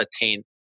attain